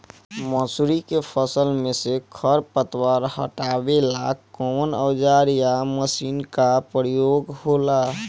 मसुरी के फसल मे से खरपतवार हटावेला कवन औजार या मशीन का प्रयोंग होला?